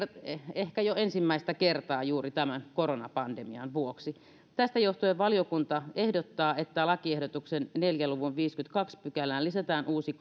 ehkä ensimmäistä kertaa juuri tämän koronapandemian vuoksi tästä johtuen valiokunta ehdottaa että lakiehdotuksen neljän luvun viidenteenkymmenenteentoiseen pykälään lisätään uusi